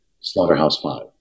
Slaughterhouse-Five